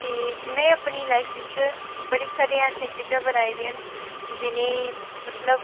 ते में अपनी लाईफ बिच बड़ी सारी चीज़ां ऐसियां बनाई दियां न जि'नेंगी मतलब